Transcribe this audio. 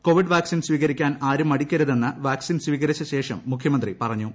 Covid vaccine സ്വീകരിക്കാൻ ആരും മടിക്കരുതെന്ന് വാക്സിൻ സ്വീകരിച്ച ശേഷം മുഖ്യമന്ത്രി പറഞ്ഞു